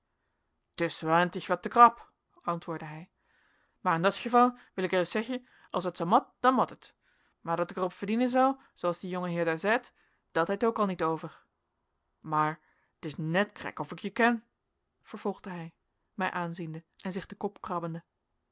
t is warentig wat te krap antwoordde hij maer in dat geval wil ik ereis zeggen as het zoo mot dan mot het maer dat ik er op verdienen zou zoo as die jonge heer daer zeit dat heit ook al niet over maer t is net krek of ik jou ken vervolgde hij mij aanziende en zich den kop krabbende